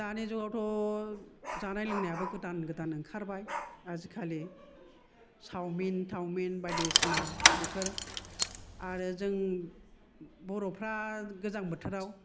दानि जुगावथ' जानाय लोंनायाबो गोदान गोदान ओंखारबाय आजिखालि सावमिन थावमिन बायदिसिना बेफोर आरो जों बर'फोरा गोजां बोथोराव